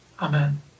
Amen